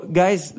guys